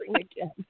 again